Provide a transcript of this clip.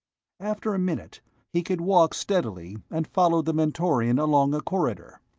after a minute he could walk steadily, and followed the mentorian along a corridor.